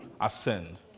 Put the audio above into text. ascend